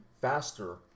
faster